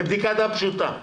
בבדיקת דם פשוטה.